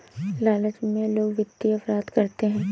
लालच में लोग वित्तीय अपराध करते हैं